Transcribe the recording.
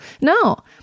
No